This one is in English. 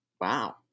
Wow